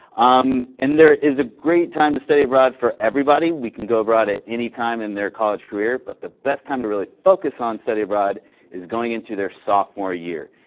um and there is a great time to study abroad for everybody. we can go abroad at any time in their college career, but the best time to really focus on study abroad is going into their sophomore year.